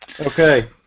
Okay